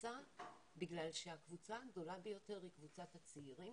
כקבוצה בגלל שהקבוצה הגדולה ביותר היא קבוצת הצעירים.